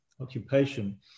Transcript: occupation